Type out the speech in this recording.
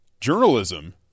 Journalism